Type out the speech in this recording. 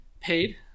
paid